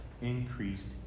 increased